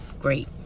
Great